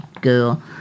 Girl